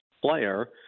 player